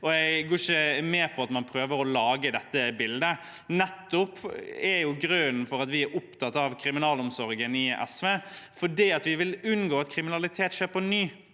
jeg går ikke med på at man prøver å lage dette bildet. Grunnen til at vi er opptatt av kriminalomsorgen i SV, er at vi vil unngå at kriminalitet skjer på ny.